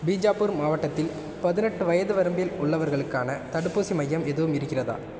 பீஜாப்பூர் மாவட்டத்தில் பதினெட்டு வயது வரம்பில் உள்ளவர்களுக்கான தடுப்பூசி மையம் எதுவும் இருக்கிறதா